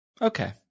Okay